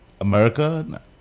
America